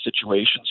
situations